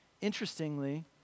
Interestingly